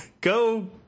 go